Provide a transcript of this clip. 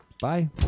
Bye